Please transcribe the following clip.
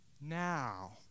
Now